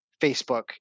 Facebook